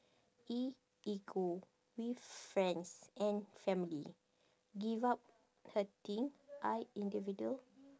E ego with friends and family give up hurting I individual